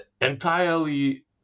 entirely